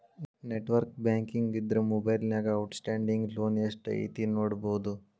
network banking ಇದ್ರ ಮೊಬೈಲ್ನ್ಯಾಗ outstanding loan ಎಷ್ಟ್ ಐತಿ ನೋಡಬೋದು